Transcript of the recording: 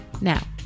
Now